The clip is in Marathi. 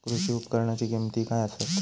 कृषी उपकरणाची किमती काय आसत?